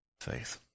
faith